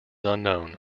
unknown